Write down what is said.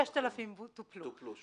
6,000 מתוכן טופלו.